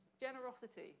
generosity